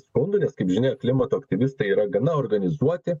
skundų nes kaip žinia klimato aktyvistai yra gana organizuoti